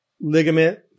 ligament